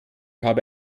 habe